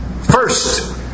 first